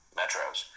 metros